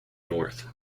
north